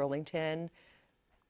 burlington